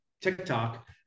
TikTok